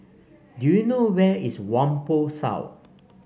do you know where is Whampoa South